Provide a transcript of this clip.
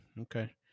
okay